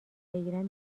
بگیرم